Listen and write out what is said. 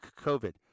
COVID